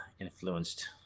influenced